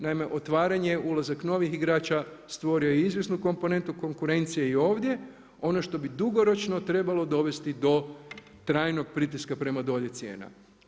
Naime, otvaranje, ulazak novih igrača stvorio je izvjesnu komponentu konkurencije i ovdje, ono što bi dugoročno trebalo dovesti do trajnog pritiska prema dolje cijena.